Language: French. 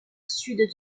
sud